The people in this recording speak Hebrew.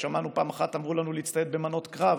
פעם אחת אמרו לנו להצטייד במנות קרב,